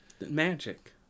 magic